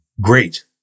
great